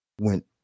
went